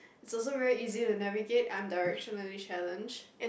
it's also very easy to navigate I'm directionally challenged